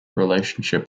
relationship